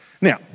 Now